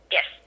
Yes